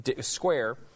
square